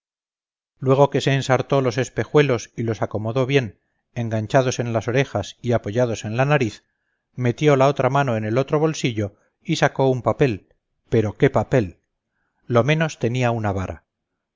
luego que se ensartó los espejuelos y los acomodó bien enganchados en las orejas y apoyados en la nariz metió la otra mano en el otro bolsillo y saco un papel pero qué papel lo menos tenía una vara